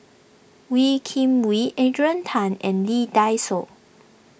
Wee Kim Wee Adrian Tan and Lee Dai Soh